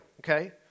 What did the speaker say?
okay